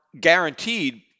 guaranteed